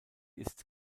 ist